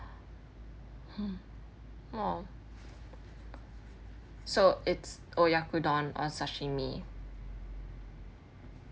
hmm !wow! so it's oyakodon or sashimi